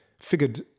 figured